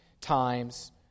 times